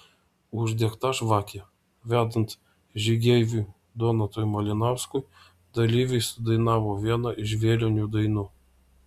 uždegta žvakė vedant žygeiviui donatui malinauskui dalyviai sudainavo vieną iš vėlinių dainų